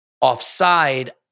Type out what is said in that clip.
offside